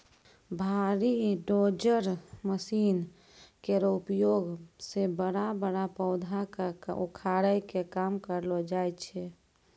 भारी dozer machine केरो उपयोग सें बड़ा बड़ा पेड़ पौधा क उखाड़े के काम करलो जाय छै